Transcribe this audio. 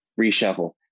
reshuffle